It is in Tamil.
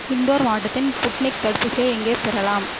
இண்டோர் மாவட்டத்தின் புட்னிக் தடுப்பூசியை எங்கே பெறலாம்